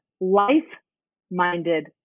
life-minded